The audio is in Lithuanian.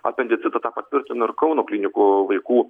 apendicitą tą patvirtino ir kauno klinikų vaikų